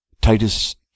Titus